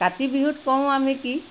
কাতি বিহুত কৰোঁ আমি কি